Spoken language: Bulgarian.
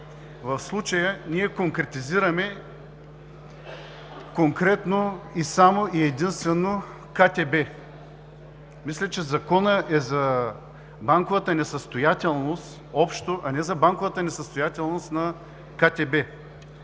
В случая конкретизираме само и единствено КТБ. Мисля, че Законът е общо за банковата несъстоятелност, а не за банковата несъстоятелност на КТБ.